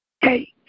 Hey